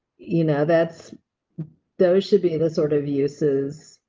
you know, that's those should be the sort of uses.